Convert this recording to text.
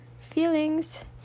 feelings